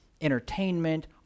entertainment